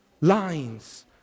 Lines